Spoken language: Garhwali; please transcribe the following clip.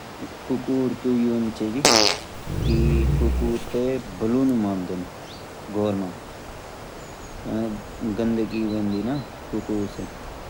कुक्कुर को येन चे जी कि कुक्कुर ते बलून मान देन घर मां गंदगी होंदी ना कुक्कुर से